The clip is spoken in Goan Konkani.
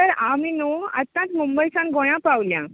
सर आमी न्हू आतांच मुंबयच्यान गोंयां पावल्यां